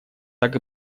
так